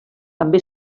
també